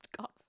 cough